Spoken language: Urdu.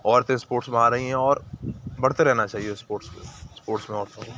عورتیں اسپورٹس میں آ رہی ہیں اور بڑھتے رہنا چاہیے اسپورٹس کو اسپورٹس میں عورتوں کو